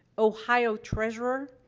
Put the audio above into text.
ohio treasurer,